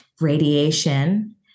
radiation